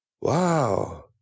Wow